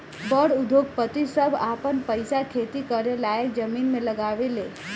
बड़ उद्योगपति सभ आपन पईसा खेती करे लायक जमीन मे लगावे ले